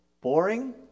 boring